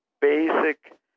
basic